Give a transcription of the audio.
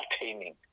attaining